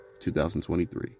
2023